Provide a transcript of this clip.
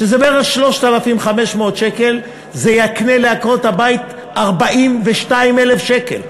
שזה בערך 3,500 שקל, יקנה לעקרות-הבית 42,000 שקל.